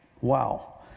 wow